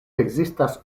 ekzistas